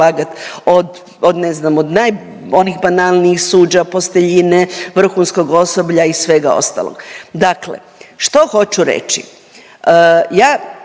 onih banalnijih, suđa, posteljine, vrhunskog osoblja i svega ostalog. Dakle što hoću reći?